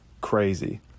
crazy